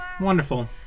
wonderful